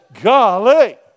Golly